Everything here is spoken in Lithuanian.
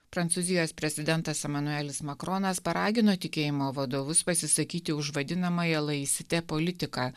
prancūzijos prezidentas emanuelis makronas paragino tikėjimo vadovus pasisakyti už vadinamąją laicite politiką